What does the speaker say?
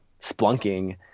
splunking